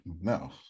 No